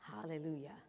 hallelujah